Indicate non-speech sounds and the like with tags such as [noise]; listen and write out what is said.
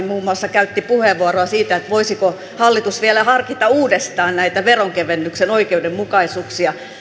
[unintelligible] muun muassa käytti puheenvuoron siitä voisiko hallitus vielä harkita uudestaan näitä veronkevennysten oikeudenmukaisuuksia